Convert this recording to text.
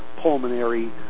pulmonary